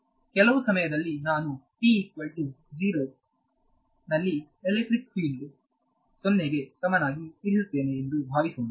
ಕೆಲವು ಸಮಯದಲ್ಲಿ ನಾನು ನಲ್ಲಿ ಎಲೆಕ್ಟ್ರಿಕ್ ಫೀಲ್ಡ್ 0 ಸಮನಾಗಿ ಇರಿಸುತ್ತೇನೆ ಎಂದು ಭಾವಿಸೋಣ